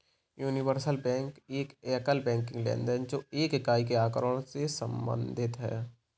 universal bank एक एकल banking लेनदेन है, जो एक इकाई के आँकड़ों से संबंधित है